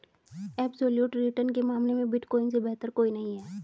absolute return के मामले में बिटकॉइन से बेहतर कोई नहीं है